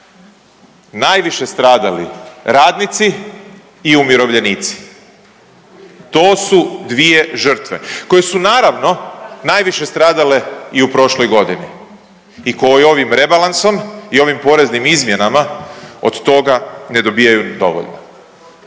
najviše stradali radnici i umirovljenici. To su dvije žrtve koje su naravno najviše stradale i u prošloj godini i koji ovim rebalansom i ovim poreznim izmjenama od toga ne dobijaju dovoljno.